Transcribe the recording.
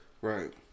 Right